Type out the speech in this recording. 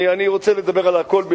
אני רוצה לדבר על הכול.